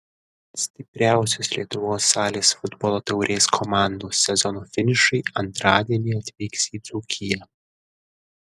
stipriausios lietuvos salės futbolo taurės komandos sezono finišui antradienį atvyks į dzūkiją